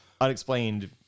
unexplained